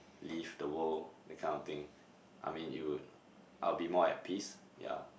leave the world that kind of thing I mean you would I'll be more at peace yeah